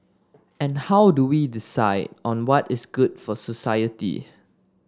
and How do we decide on what is good for society